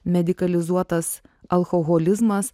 medikalizuotas alkoholizmas